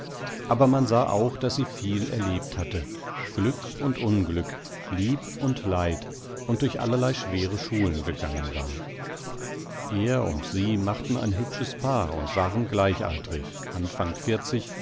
aber man sah auch daß sie viel erlebt hatte glück und unglück lieb und leid und durch allerlei schwere schulen gegangen war er und sie machten ein hübsches paar und waren gleichaltrig